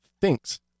thinks